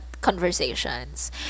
conversations